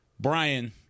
Brian